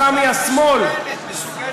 לכן הסתה היא מסוכנת, מסוכנת לכולם.